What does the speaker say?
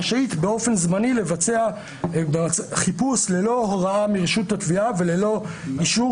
רשאית באופן זמני לבצע חיפוש ללא הוראה מרשות התביעה וללא אישור